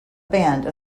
band